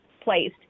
placed